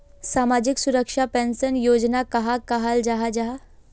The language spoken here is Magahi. सामाजिक सुरक्षा पेंशन योजना कहाक कहाल जाहा जाहा?